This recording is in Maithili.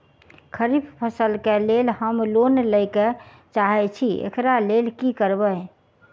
खरीफ फसल केँ लेल हम लोन लैके चाहै छी एकरा लेल की करबै?